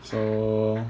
so